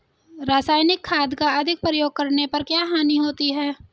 रासायनिक खाद का अधिक प्रयोग करने पर क्या हानि होती है?